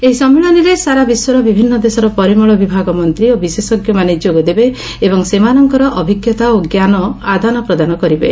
ଏହି ସମ୍ମିଳନୀରେ ସାରା ବିଶ୍ୱର ବିଭିନ୍ନ ଦେଶର ପରିମଳ ବିଭାଗ ମନ୍ତ୍ରୀ ଓ ବିଶେଞ୍ଜେମାନେ ଯୋଗ ଦେବେ ଏବଂ ସେମାନଙ୍କର ଅଭିଜ୍ଞତା ଓ ଜ୍ଞାନ ଆଦାନ ପ୍ରଦାନ କରିବେ